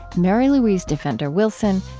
mary louise defender wilson,